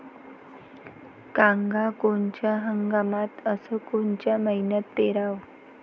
कांद्या कोनच्या हंगामात अस कोनच्या मईन्यात पेरावं?